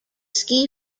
ski